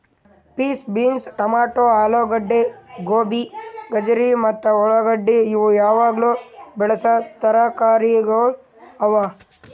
piece, beans, tomato, ಆಲೂಗಡ್ಡಿ, ಗೋಬಿ, ಗಜರಿ ಮತ್ತ ಉಳಾಗಡ್ಡಿ ಇವು ಯಾವಾಗ್ಲೂ ಬೆಳಸಾ ತರಕಾರಿಗೊಳ್ ಅವಾ